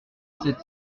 sept